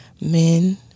Men